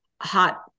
hot